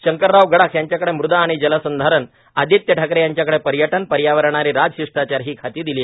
शंकराराव गडाख यांच्याकडे म़दा आणि जलसंधारण आदित्य ठाकरे यांच्याकडे पर्यटन पर्यावरण आणि राजशिष्टाचार ही खाती दिली आहेत